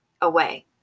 away